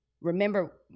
remember